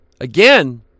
Again